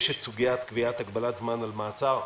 יש את סוגיית קביעת הגבלת זמן על מעצר.